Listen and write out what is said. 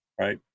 right